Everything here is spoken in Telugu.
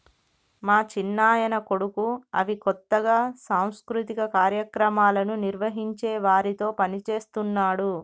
మా చిన్నాయన కొడుకు అవి కొత్తగా సాంస్కృతిక కార్యక్రమాలను నిర్వహించే వారితో పనిచేస్తున్నాడు